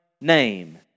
name